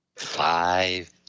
Five